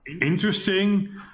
interesting